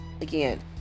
again